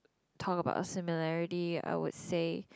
talk about our similarity I would say